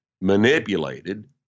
manipulated